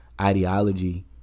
ideology